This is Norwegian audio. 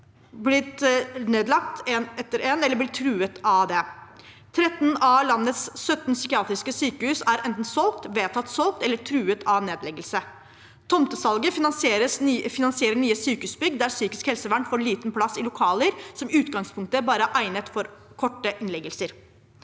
blitt nedlagt, ett etter ett, eller de blir truet av det. 13 av landets 17 psykiatriske sykehus er enten solgt, vedtatt solgt eller truet av nedleggelse. Tomtesalget finansierer nye sykehusbygg der psykisk helsevern får liten plass i lokaler som i utgangspunktet bare er egnet for korte innleggelser.